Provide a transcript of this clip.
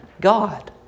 God